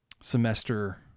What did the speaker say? semester